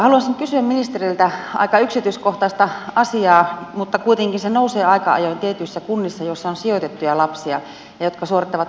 haluaisin kysyä ministeriltä aika yksityiskohtaista asiaa mutta kuitenkin se nousee aika ajoin esille tietyissä kunnissa joissa on sijoitettuja lapsia jotka suorittavat oppivelvollisuuttaan